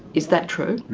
is that true?